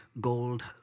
gold